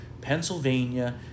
Pennsylvania